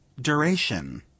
duration